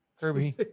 Kirby